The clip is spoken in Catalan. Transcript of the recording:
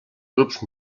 grups